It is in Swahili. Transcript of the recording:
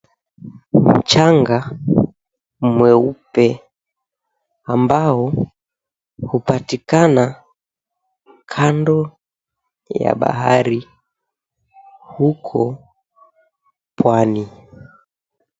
Mchanga mweupe ambao hupatikana kando ya bahari huko pwani.